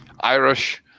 Irish